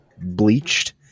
bleached